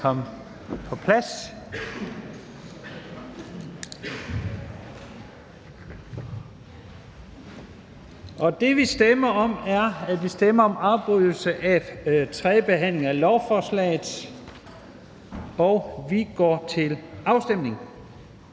vi stemmer om, er afbrydelse af tredje behandling af lovforslaget, og afstemningen